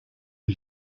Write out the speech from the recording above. who